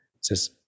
Says